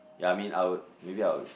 ya I mean I would maybe I would